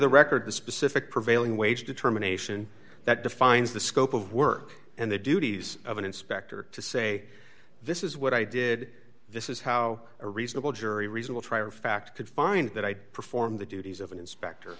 the record the specific prevailing wage determination that defines the scope of work and the duties of an inspector to say this is what i did this is how a reasonable jury reasonable trier of fact could find that i'd perform the duties of an inspector